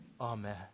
Amen